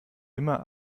immer